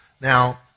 Now